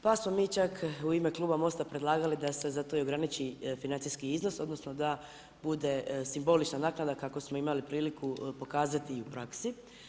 Pa smo mi čak u ime Kluba Mosta predlagali da se zato i ograniči financijski iznos, odnosno, da bude simbolična naknada, kakvu smo imali priliku pokazati i u praksi.